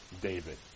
David